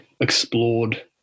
explored